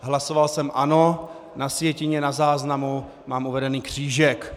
Hlasoval jsem ano, na sjetině, na záznamu mám uveden křížek.